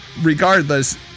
Regardless